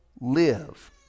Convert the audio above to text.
live